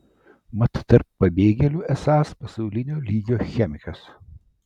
mat tarp pabėgėlių esąs pasaulinio lygio chemikas